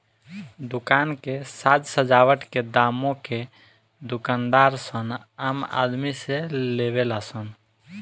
दुकान के साज सजावट के दामो के दूकानदार सन आम आदमी से लेवे ला सन